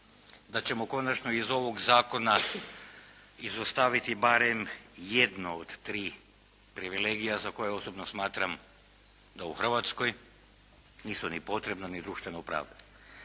da ćemo konačno iz ovog zakona izostaviti barem jedno od tri privilegija za koje osobno smatram da u Hrvatskoj nisu ni potrebna ni društveno opravdana.